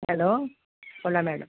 hello बोला madam